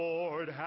Lord